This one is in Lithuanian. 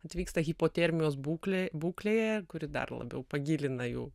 atvyksta hipotermijos būklė būklėje kuri dar labiau pagilina jų